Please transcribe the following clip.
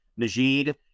Najid